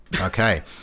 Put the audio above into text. Okay